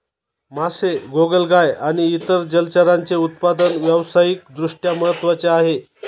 मासे, गोगलगाय आणि इतर जलचरांचे उत्पादन व्यावसायिक दृष्ट्या महत्त्वाचे आहे